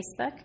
Facebook